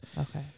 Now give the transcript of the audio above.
Okay